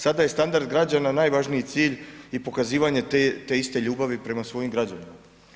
Sada je standard građana najvažniji cilj i pokazivanje te iste ljubavi prema svojim građanima.